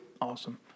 Awesome